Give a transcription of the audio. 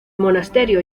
monasterio